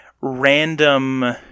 random